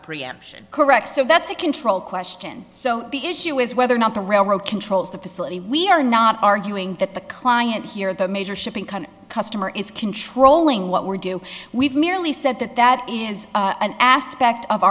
preemption correct so that's a controlled question so the issue is whether or not the railroad controls the facility we are not arguing that the client here the major shipping customer is controlling what we do we've merely said that that is an aspect of